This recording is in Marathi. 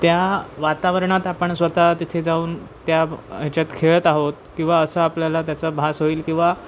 त्या वातावरणात आपण स्वतः तिथे जाऊन त्या ह्याच्यात खेळत आहोत किंवा असा आपल्याला त्याचा भास होईल किंवा